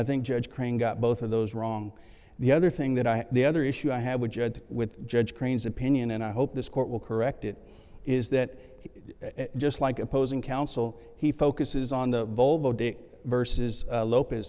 think judge crane got both of those wrong the other thing that i and the other issue i have with jed with judge crane's opinion and i hope this court will correct it is that just like opposing counsel he focuses on the volvo dick versus